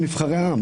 הם נבחרי העם.